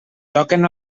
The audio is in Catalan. toquen